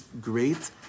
great